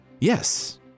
Yes